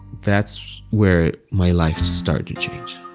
that's where my life started to change.